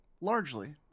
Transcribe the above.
largely